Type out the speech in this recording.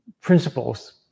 principles